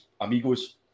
amigos